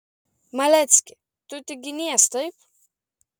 malecki tu tik ginies taip